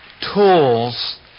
tools